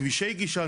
כבישי גישה,